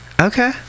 Okay